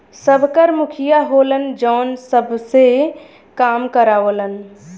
सबकर मुखिया होलन जौन सबसे काम करावलन